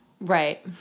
Right